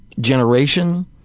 generation